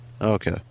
okay